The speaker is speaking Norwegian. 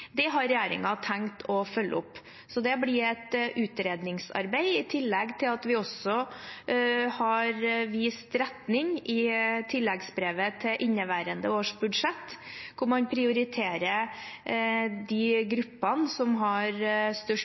Det har regjeringen tenkt å følge opp, så det blir et utredningsarbeid i tillegg til at vi har vist retning i tilleggsbrevet til inneværende års budsjett, hvor man prioriterer de gruppene som har størst